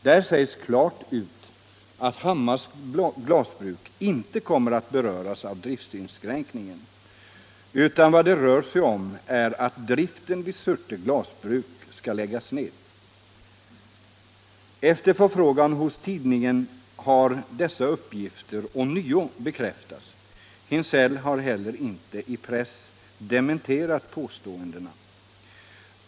Där sägs klart ut att Hammars glasbruk inte kommer att beröras av driftsinskränkningen utan vad det rör sig om är att driften vid Surte glasbruk skall läggas ned. Efter förfrågan hos tidningen har dessa uppgifter ånyo bekräftats. Hinsell har heller inte i press dementerat påståendena.